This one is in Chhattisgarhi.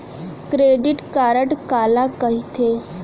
क्रेडिट कारड काला कहिथे?